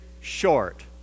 short